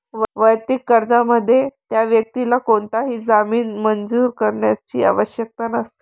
वैयक्तिक कर्जामध्ये, त्या व्यक्तीला कोणताही जामीन मंजूर करण्याची आवश्यकता नसते